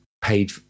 paid